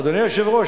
--- אדוני היושב-ראש,